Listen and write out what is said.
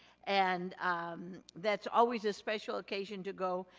and that's always a special occasion to go.